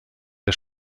der